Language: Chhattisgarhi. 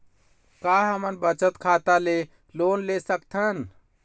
का हमन बचत खाता ले लोन सकथन?